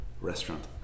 restaurant